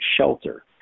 shelter